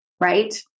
right